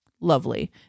lovely